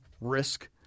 risk